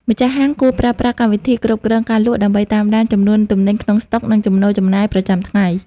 ម្ចាស់ហាងគួរប្រើប្រាស់ កម្មវិធីគ្រប់គ្រងការលក់ ដើម្បីតាមដានចំនួនទំនិញក្នុងស្តុក និងចំណូលចំណាយប្រចាំថ្ងៃ។